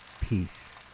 Peace